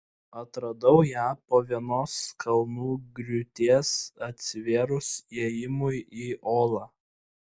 atradau ją po vienos kalnų griūties atsivėrus įėjimui į olą